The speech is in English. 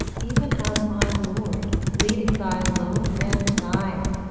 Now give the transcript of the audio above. even as my lord, leading thy low men nigher,